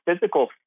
physical